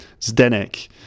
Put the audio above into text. Zdenek